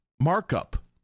markup